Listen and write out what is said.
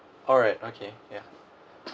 alright okay yeah